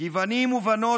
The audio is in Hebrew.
"כי בנים ובנות,